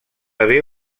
haver